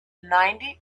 ninety